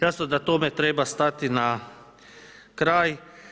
Jasno da tome treba stati na kraj.